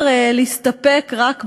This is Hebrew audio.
חזר כלעומת